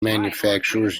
manufacturers